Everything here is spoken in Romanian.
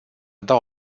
dau